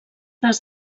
les